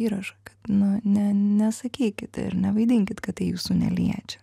įrašą kad nu ne ne nesakykit ir nevaidinkit kad tai jūsų neliečia